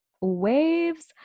waves